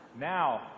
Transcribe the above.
Now